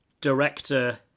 director